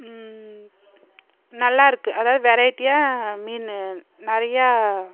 நல்லா இருக்கு அதாவது வெரைட்டியாக மீன் நிறையா